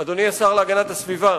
אדוני השר להגנת הסביבה,